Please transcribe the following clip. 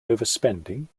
overspending